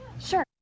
Sure